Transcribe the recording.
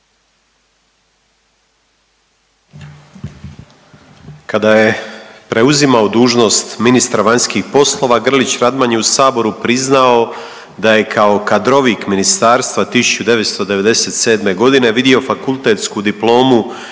Kada je preuzimao dužnost ministra vanjskih poslova Grlić Radman je u saboru priznao da je kao kadrovik ministarstva 1997. godine vidio fakultetsku diplomu